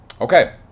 Okay